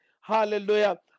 Hallelujah